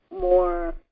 more